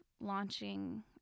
launching